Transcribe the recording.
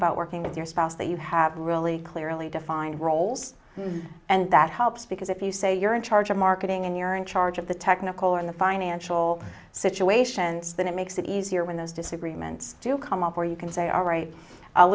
about working with your spouse that you have really clearly defined roles and that helps because if you say you're in charge of marketing and you're in charge of the technical and the financial situations that it makes it easier when those disagreements do come up where you can say all right i'll